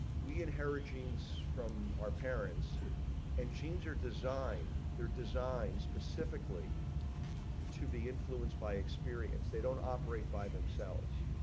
we inherit genes from our parents and jeans are designed they're designed specifically to be influenced by experience. they don't operate by themselves.